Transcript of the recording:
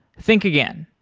think again.